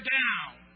down